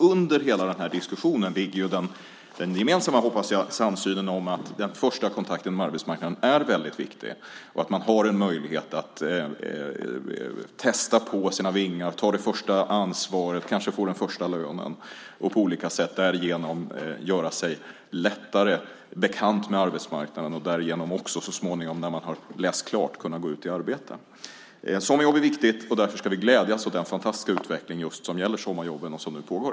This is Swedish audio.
Under hela den här diskussionen finns, hoppas jag, en gemensam samsyn kring att den första kontakten med arbetsmarknaden är väldigt viktig och kring att man har en möjlighet att testa sina vingar och att ta det första ansvaret och kanske få den första lönen och på olika sätt därigenom lättare göra sig bekant med arbetsmarknaden för att så småningom, när man har läst klart, kunna gå ut i arbete. Sommarjobb är viktigt. Därför ska vi glädjas åt den fantastiska utveckling som gäller just sommarjobben och som nu pågår.